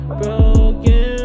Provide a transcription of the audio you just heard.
broken